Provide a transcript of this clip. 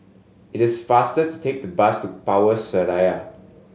it is faster to take the bus to Power Seraya